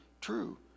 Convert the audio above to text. true